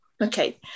Okay